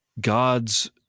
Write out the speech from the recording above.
God's